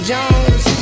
Jones